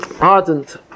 ardent